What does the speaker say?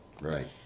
Right